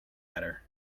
better